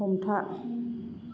हमथा